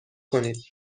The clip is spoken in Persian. کنید